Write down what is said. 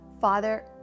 Father